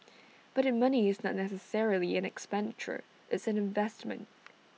but that money is not necessarily an expenditure it's an investment